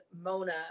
Mona